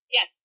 Yes